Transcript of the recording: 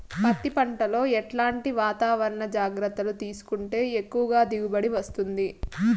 పత్తి పంట లో ఎట్లాంటి వాతావరణ జాగ్రత్తలు తీసుకుంటే ఎక్కువగా దిగుబడి వస్తుంది?